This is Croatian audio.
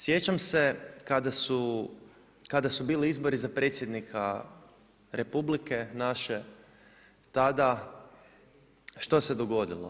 Sjećam se kada su bili izbori za predsjednika Republike naše tada što se dogodilo?